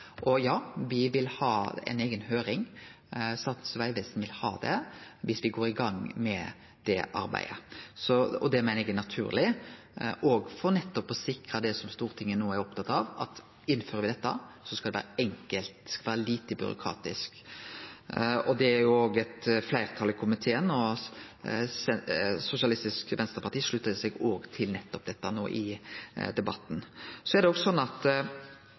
Og ja, me vil ha ei eiga høyring. Statens vegvesen vil ha det viss me går i gang med det arbeidet. Det meiner eg er naturleg, òg for å sikre det Stortinget no er oppteke av, at om me innfører dette, skal det vere enkelt og lite byråkratisk. Det er eit fleirtal i komiteen for dette, og Sosialistisk Venstreparti har òg slutta seg til det i løpet av debatten. Det blir opna for fleire verkemiddel i dette forslaget. Det